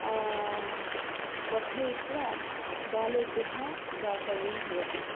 क्वथयित्त्वा बालेभ्यः दातव्यं भवति